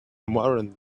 warrant